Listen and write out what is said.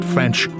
French